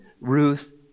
Ruth